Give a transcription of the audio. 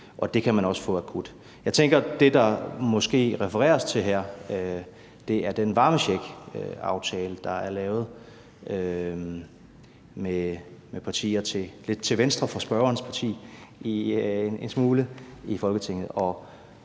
det kan man også få akut. Jeg tænker, at det, der måske refereres til her, er den varmecheckaftale, der er lavet med partier en smule til venstre for spørgerens parti i Folketinget,